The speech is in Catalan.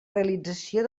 realització